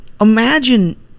imagine